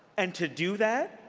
and to do that,